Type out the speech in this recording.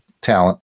talent